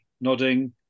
Nodding